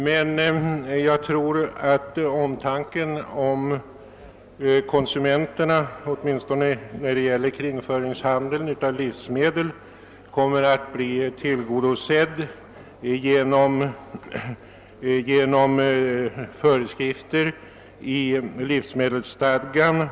Men jag tror att omtanken om konsumenterna åtminstone vad beträffar kringföringshandeln med = livsmedel kommer att bli tillgodosedd genom föreskrifter i livsmedelsstadgan.